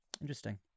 interesting